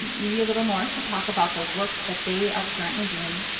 maybe a little more to talk about the work that they are currently doing.